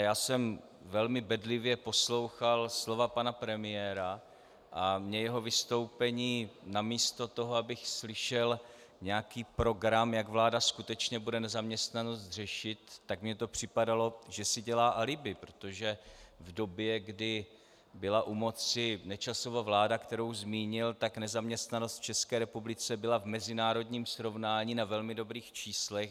Já jsem ale velmi bedlivě poslouchal slova pana premiéra a mě jeho vystoupení místo toho, abych slyšel nějaký program, jak vláda skutečně bude nezaměstnanost řešit, tak mi to připadalo, že si dělá alibi, protože v době, kdy byla u moci Nečasova vláda, kterou zmínil, tak nezaměstnanost v České republice byla v mezinárodním srovnání na velmi dobrých číslech.